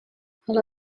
حالا